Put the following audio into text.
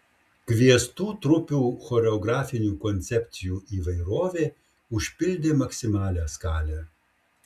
kviestų trupių choreografinių koncepcijų įvairovė užpildė maksimalią skalę